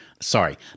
sorry